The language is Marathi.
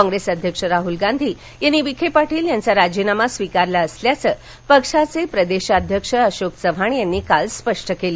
काँग्रेस अध्यक्ष राहल गांधी यांनी विखे पाटील यांचा राजीनामा स्वीकारला असल्याचं पक्षाचे प्रदेशाध्यक्ष अशोक चव्हाण यांनी काल स्पष्ट केलं